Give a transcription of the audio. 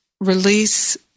release